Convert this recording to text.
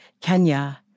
Kenya